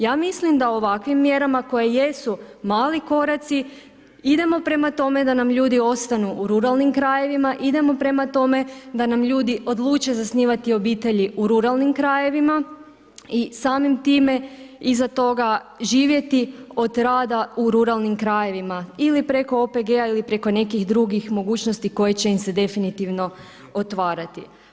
Ja mislim da ovakvim mjerama koje jesu mali koraci idemo prema tome da nam ljudi ostanu u ruralnim krajevima, idemo prema tome da nam ljudi odluče zasnivati obitelji u ruralnim krajevima i samim time iza toga živjeti od rada u ruralnim krajevima ili preko OPG-a ili preko nekih drugih mogućnosti koje će im se definitivno otvarati.